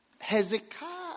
Hezekiah